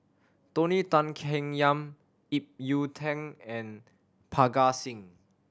Tony Tan Keng Yam Ip Yiu Tung and Parga Singh